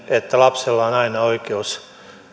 että lapsella on aina oikeus